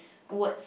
~s words